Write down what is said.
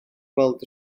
weld